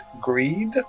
greed